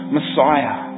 Messiah